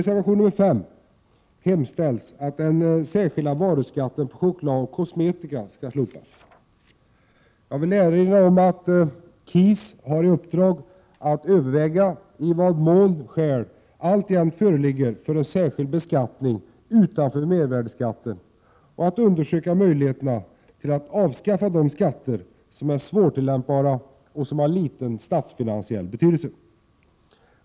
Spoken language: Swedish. Jag vill erinra om att KIS har i uppdrag att överväga i vad mån skäl alltjämt föreligger för en särskild beskattning utanför mervärdeskatten och att undersöka möjligheterna till att avskaffa de skatter som är svårtillämpbara och som har liten statsfinansiell betydelse.